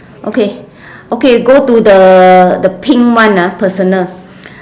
okay okay go to the the pink one ah personal